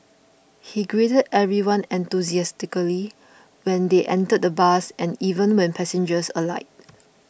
he greeted everyone enthusiastically when they entered the bus and even when passengers alighted